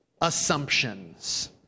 assumptions